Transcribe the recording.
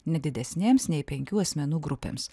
ne didesnėms nei penkių asmenų grupėms